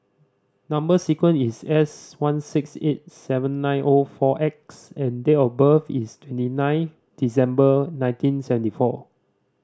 number sequence is S one six eight seven nine O four X and date of birth is twenty nine December nineteen seventy four